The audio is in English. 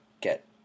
get